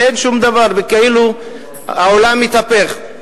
אין שום דבר, וכאילו העולם התהפך.